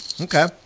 Okay